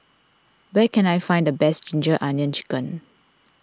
where can I find the best Ginger Onions Chicken